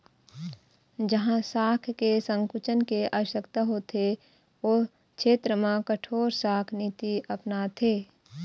जहाँ शाख के संकुचन के आवश्यकता होथे ओ छेत्र म कठोर शाख नीति अपनाथे